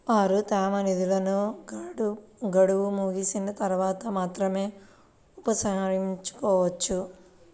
వారు తమ నిధులను గడువు ముగిసిన తర్వాత మాత్రమే ఉపసంహరించుకోవచ్చు